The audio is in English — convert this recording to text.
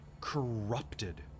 corrupted